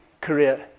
career